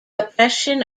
oppression